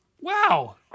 Wow